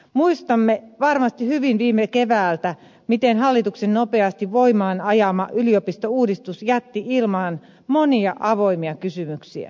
muistamme varmasti hyvin viime keväältä miten hallituksen nopeasti voimaan ajama yliopistouudistus jätti ilmaan monia avoimia kysymyksiä